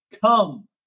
come